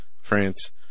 France